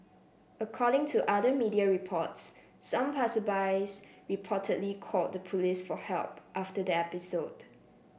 according to other media reports some passersby reportedly called the police for help after the episode